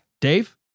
Dave